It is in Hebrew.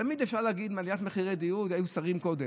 תמיד אפשר להגיד על עליית מחירי הדיור שהיו שרים קודם.